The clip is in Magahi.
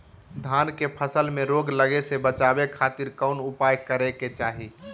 धान के फसल में रोग लगे से बचावे खातिर कौन उपाय करे के चाही?